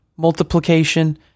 multiplication